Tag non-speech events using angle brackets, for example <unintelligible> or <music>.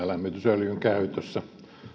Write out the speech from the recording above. <unintelligible> lämmitysöljyn käytössä